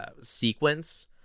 sequence